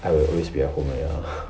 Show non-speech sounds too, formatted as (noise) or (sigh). I will always be at home already (noise)